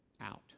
out